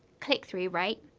click through rate,